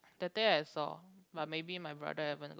that day I saw but maybe my brother haven't look